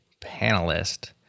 panelist